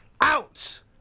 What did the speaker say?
out